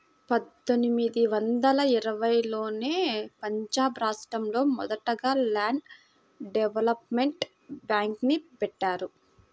పందొమ్మిది వందల ఇరవైలోనే పంజాబ్ రాష్టంలో మొదటగా ల్యాండ్ డెవలప్మెంట్ బ్యేంక్ని బెట్టారు